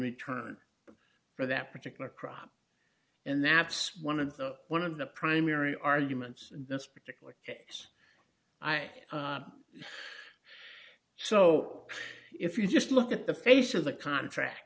return for that particular crop and that's one of the one of the primary arguments in this particular case i so if you just look at the face of the contract